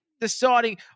deciding